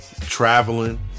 Traveling